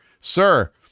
sir